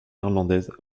irlandaise